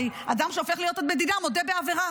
הרי אדם שהופך להיות עד מדינה מודה בעבירה.